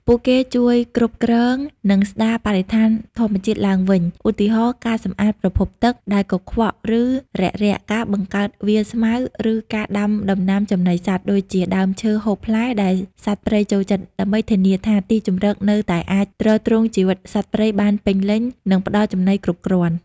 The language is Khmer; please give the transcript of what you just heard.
ពួកគេជួយគ្រប់គ្រង និងស្ដារបរិស្ថានធម្មជាតិឡើងវិញ ឧទាហរណ៍ ការ សម្អាតប្រភពទឹក ដែលកខ្វក់ ឬរាក់រាក់ ការបង្កើតវាលស្មៅ ឬការដាំដំណាំចំណីសត្វ ដូចជាដើមឈើហូបផ្លែដែលសត្វព្រៃចូលចិត្ត ដើម្បីធានាថាទីជម្រកនៅតែអាចទ្រទ្រង់ជីវិតសត្វព្រៃបានពេញលេញ និងផ្ដល់ចំណីគ្រប់គ្រាន់។